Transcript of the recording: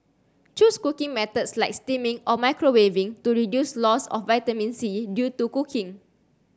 choose cooking methods like steaming or microwaving to reduce loss of vitamin C due to cooking